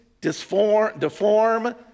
deform